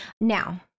Now